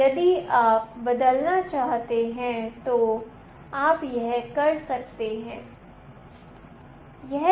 यदि आप बदलना चाहते हैं तो आप यह कर सकते हैं